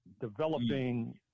developing